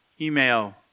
email